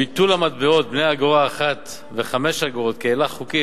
ביטול המטבעות בני אגורה אחת ו-5 אגורות כהילך חוקי,